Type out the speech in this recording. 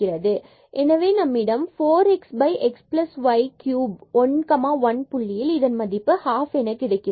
எனவே நம்மிடம் 4 x x y cube 1 1 புள்ளியில் இதன் மதிப்பு 12 half என கிடைக்கிறது